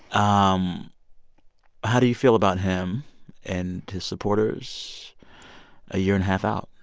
um how do you feel about him and his supporters a year-and-a-half out?